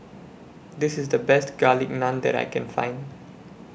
This IS The Best Garlic Naan that I Can Find